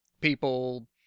people